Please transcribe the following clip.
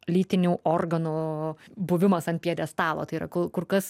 lytinių organų buvimas ant pjedestalo tai yra kur kas